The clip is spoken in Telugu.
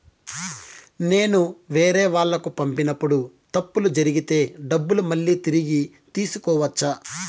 నేను వేరేవాళ్లకు పంపినప్పుడు తప్పులు జరిగితే డబ్బులు మళ్ళీ తిరిగి తీసుకోవచ్చా?